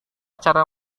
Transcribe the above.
cara